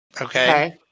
Okay